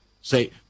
Say